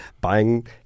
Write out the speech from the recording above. buying